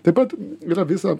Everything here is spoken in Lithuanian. taip pat yra visa